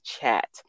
chat